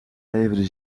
levende